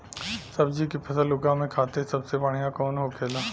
सब्जी की फसल उगा में खाते सबसे बढ़ियां कौन होखेला?